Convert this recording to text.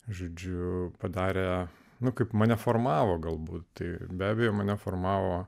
žodžiu padarė nu kaip mane formavo galbūt tai be abejo mane formavo